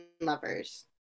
lovers